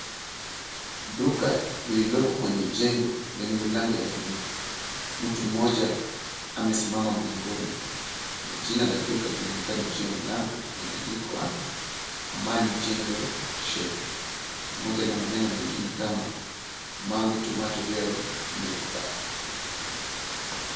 Duka lililoko kwenye jengo lenye milango ya bluu, mtu mmoja amesimama mlangoni na jina la duka linaonekana juu ya mlango imeandikwa Amani General Shop pamoja na maneno mengine kama Mango Tomato Dairy Milk Bar .